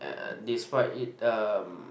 uh despite it um